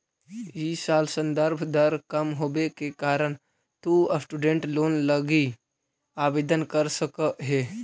इ साल संदर्भ दर कम होवे के कारण तु स्टूडेंट लोन लगी आवेदन कर सकऽ हे